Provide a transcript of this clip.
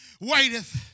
waiteth